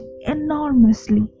enormously